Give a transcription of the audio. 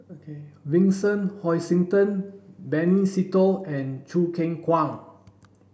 Vincent Hoisington Benny Se Teo and Choo Keng Kwang